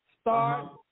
start